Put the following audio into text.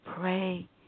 pray